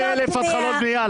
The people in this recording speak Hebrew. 90 אלף התחלות בנייה.